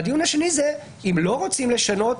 והדיון השני הוא שאם לא רוצים לשנות,